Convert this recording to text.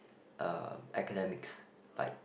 um academics like